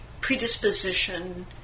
predisposition